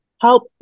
help